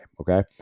okay